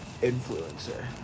influencer